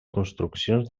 construccions